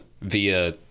via